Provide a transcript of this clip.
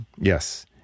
Yes